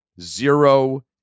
zero